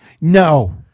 No